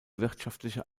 wirtschaftliche